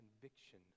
conviction